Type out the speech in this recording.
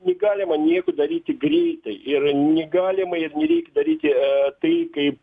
negalima nieko daryti greitai ir negalima ir nereik daryt e tai kaip